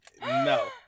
no